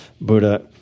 Buddha